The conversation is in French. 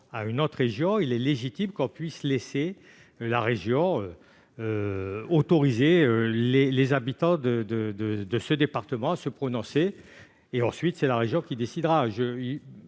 à une autre région, il est légitime qu'on puisse laisser la région autoriser les habitants de ce département à se prononcer. Ensuite, il reviendra à la région de décider.